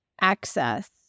access